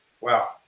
Wow